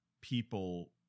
people